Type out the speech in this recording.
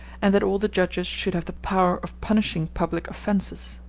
and that all the judges should have the power of punishing public offences.